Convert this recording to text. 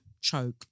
Choke